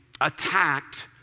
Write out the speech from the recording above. attacked